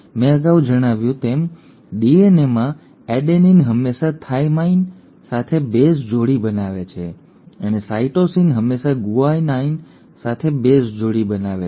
મેં અગાઉ જણાવ્યું તેમ ડીએનએમાં એડેનીન હંમેશા થાઇમાઇન સાથે બેઝ જોડી બનાવે છે અને સાઇટોસિન હંમેશા ગુઆનાઇન સાથે બેઝ જોડી બનાવે છે